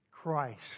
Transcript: Christ